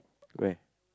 where